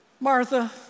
Martha